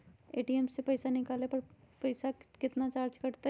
ATM से पईसा निकाले पर पईसा केतना चार्ज कटतई?